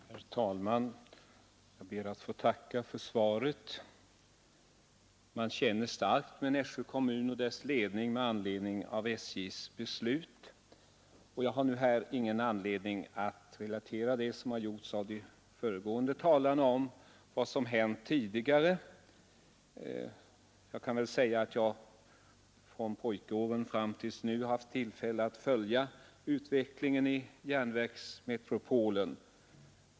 Herr talman! Jag ber att få tacka för svaret. Man känner starkt med Nässjö kommun och dess ledning med anledning av SJ:s beslut. Jag behöver inte relatera vad som hänt tidigare — det har de föregående talarna redan gjort. Jag vill endast säga att jag från pojkåren fram till nu haft tillfälle att följa utvecklingen i järnvägsmetropolen.